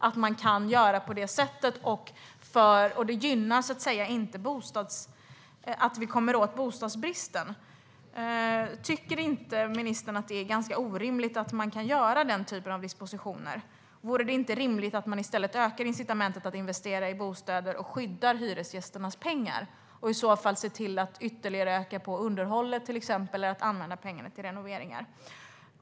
Att man kan göra på det sättet gör att vi inte kommer åt bostadsbristen. Tycker inte ministern att det är ganska orimligt att man kan göra den typen av dispositioner? Vore det inte rimligt att man i stället ökar incitamentet att investera i bostäder och skyddar hyresgästernas pengar och i så fall ser till öka underhållet ytterligare eller använda pengarna till renoveringar?